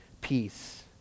peace